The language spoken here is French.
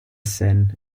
scène